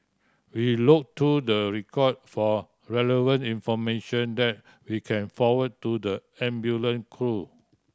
we look through the record for relevant information that we can forward to the ambulance crew